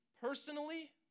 personally